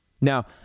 Now